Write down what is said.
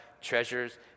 treasures